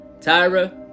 Tyra